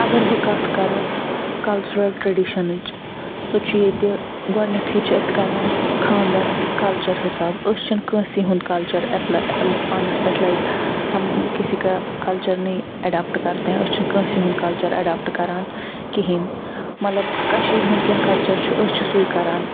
اگر بہٕ کَتھ کَرٕ کلچرل ٹریٚڈِشنٕچ سُہ چھُ ییٚتہِ گۄڈنٮ۪تھٕے چھِ أسۍ کَران خانٛدر کلچر حِساب أسۍ چھِنہٕ کٲنٛسی ہُنٛد کلچر ایپلے پانس پٮ۪ٹھ لایِک ہم کِسی کا کلچر نہیں ایڈاپٹ کرتے ہے أسۍ چھِنہٕ کٲنٛسی ہُنٛد کلچر ایڈاپٹ کَران کِہیٖنٛۍ مطلب کَشیٖرِ ہُنٛد کیٚنٛہہ کلچر چھُ چھُ أسۍ چھِ سُے کَران